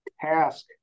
task